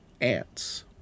Ants